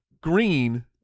green